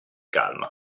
calma